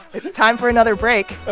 it's time for another break.